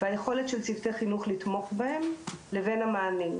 והיכולת של צוותי חינוך לתמוך בהם, לבין המענה.